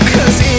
Cause